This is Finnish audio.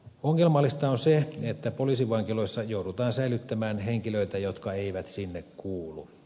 ongelmallista on se että poliisivankiloissa joudutaan säilyttämään henkilöitä jotka eivät sinne kuulu